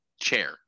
chair